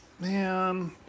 Man